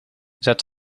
zet